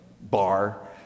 bar